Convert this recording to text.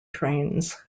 trains